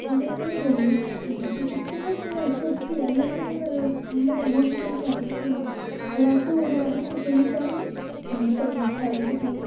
அப்படின்னோனே ரொம்ப கஷ்டமாகிட்டு சின்ன சின்ன விஷயத்துக்கு எல்லாத்துக்கும் நான் ரொம்ப எமோஷனல் கேரக்டரு நான் ஏதாச்சும் ஒரு வார்த்தை சொல்லிட்டாலும் மனசொடஞ்சு அழுதுருவேன்